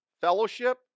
fellowship